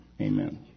Amen